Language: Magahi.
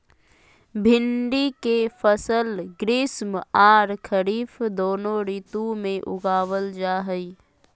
भिंडी के फसल ग्रीष्म आर खरीफ दोनों ऋतु में उगावल जा हई